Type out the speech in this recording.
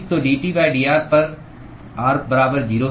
तो dT dr पर r बराबर 0 है